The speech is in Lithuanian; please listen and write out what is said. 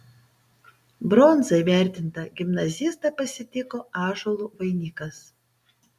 bronza įvertintą gimnazistą pasitiko ąžuolų vainikas